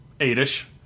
eight-ish